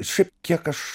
šiaip kiek aš